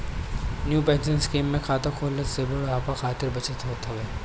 new pension scheme में खाता खोलला से बुढ़ापा खातिर बचत होत हवे